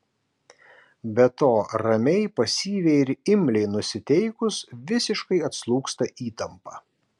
be to ramiai pasyviai ir imliai nusiteikus visiškai atslūgsta įtampa